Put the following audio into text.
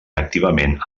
activament